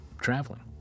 traveling